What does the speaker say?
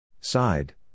Side